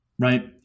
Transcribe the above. Right